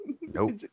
Nope